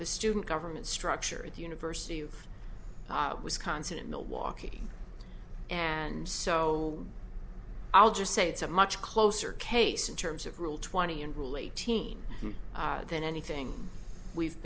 the student government structure at the university of wisconsin in milwaukee and so i'll just say it's a much closer case in terms of rule twenty unruly teen than anything we've